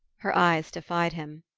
her eyes defied him.